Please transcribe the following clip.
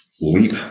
leap